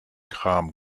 kram